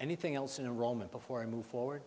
anything else in a roman before i move forward